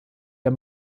der